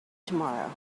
tomorrow